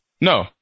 No